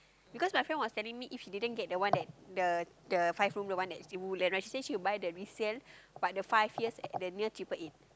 because my friend was telling me if she didn't get the one that the the the five room the one that's in Woodland right she say she will buy the resale but the five years the one near triple eight